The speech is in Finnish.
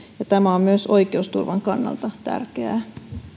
tämä on myös oikeusturvan kannalta tärkeää